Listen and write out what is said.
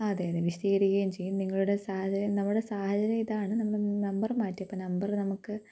ആ അതെ അതെ വിശദീകരിക്കുകയും ചെയ്യും നിങ്ങളുടെ സാഹചര്യം നമ്മുടെ സാഹചര്യ ഇതാണ് നമ്പര് മാറ്റിയപ്പോള് നമ്പര് നമുക്ക്